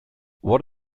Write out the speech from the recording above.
what